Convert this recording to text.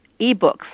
ebooks